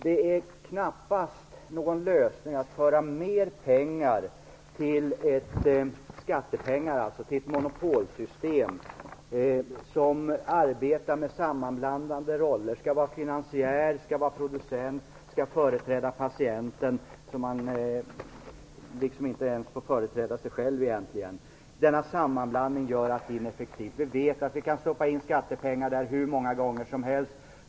Det är knappast någon lösning att föra över mer skattepengar till ett monopolsystem som arbetar med sammanblandande roller. Det skall vara finansiär, producent och företräda patienten så att patienten egentligen inte ens får företräda sig själv. Denna sammanblandning gör att systemet blir ineffektivt. Vi vet att vi kan stoppa in skattepengar där hur många gånger som helst.